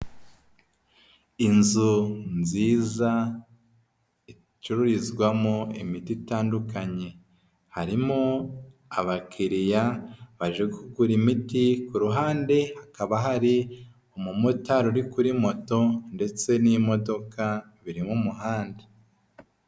Inzu nziza icururizwamo imiti itandukanye. Harimo abakiriya baje kugura imiti, ku ruhande hakaba hari umumotari uri moto ndetse n'imodoka biri mu muhanda.